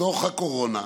בתוך הקורונה,